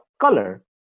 color